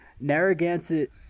Narragansett